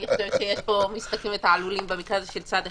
אני חושבת שיש פה משחקים ותעלולים של צד אחד,